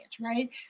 right